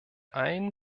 allen